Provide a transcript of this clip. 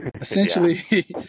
Essentially